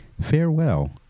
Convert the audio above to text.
Farewell